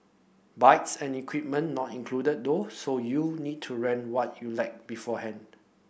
bikes and equipment not included though so you need to rent what you lack beforehand